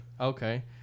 okay